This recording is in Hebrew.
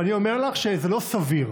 ואני אומר לך שזה לא סביר.